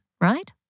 right